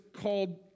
called